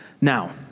Now